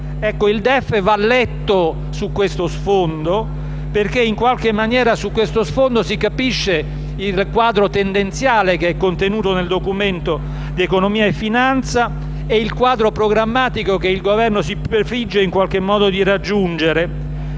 il DEF va letto su questo sfondo, perché su questo sfondo si capisce il quadro tendenziale contenuto nel Documento di economia e finanza ed il quadro programmatico che il Governo si prefigge di raggiungere.